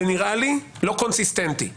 זה נראה לי לא הגיוני.